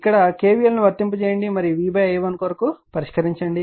ఇక్కడ నుండి k v l ను వర్తింపజేయండి మరియు v i 1 కొరకు పరిష్కరించండి